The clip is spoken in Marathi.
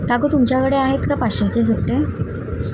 काका तुमच्याकडे आहेत का पाचशेचे सुट्टे